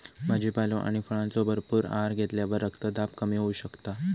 भाजीपालो आणि फळांचो भरपूर आहार घेतल्यावर रक्तदाब कमी होऊ शकता